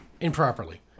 Improperly